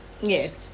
Yes